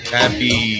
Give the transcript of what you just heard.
happy